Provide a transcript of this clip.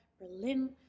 Berlin